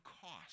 cost